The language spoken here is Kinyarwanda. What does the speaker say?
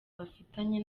bafitanye